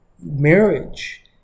marriage